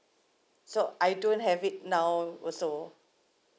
so I don't have it now also